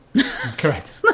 Correct